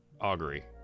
augury